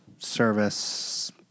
service